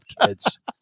kids